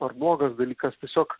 ar blogas dalykas tiesiog